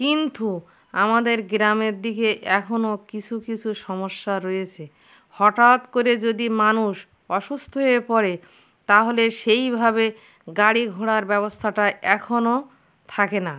কিন্তু আমাদের গ্রামের দিকে এখনো কিছু কিছু সমস্যা রয়েছে হঠাৎ করে যদি মানুষ অসুস্থ হয়ে পড়ে তাহলে সেইভাবে গাড়িঘোড়ার ব্যবস্থাটা এখনো থাকে না